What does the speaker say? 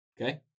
Okay